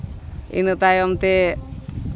ᱤᱱᱟᱹ ᱛᱟᱭᱚᱢ ᱛᱮ